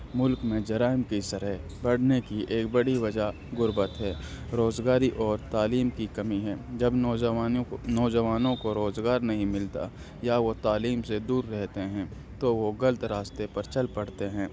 ملک میں جرائم کی شرح بڑھنے کی ایک بڑی وجہ غربت ہے روزگاری اور تعلیم کی کمی ہے جب نوجوانوں کو نوجوانوں کو روزگار نہیں ملتا یا وہ تعلیم سے دور رہتے ہیں تو وہ غلط راستے پر چل پڑتے ہیں